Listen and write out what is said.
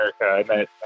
America